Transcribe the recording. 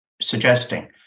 suggesting